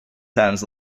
times